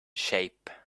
shape